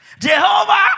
Jehovah